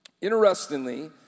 Interestingly